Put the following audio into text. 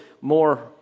more